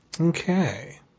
Okay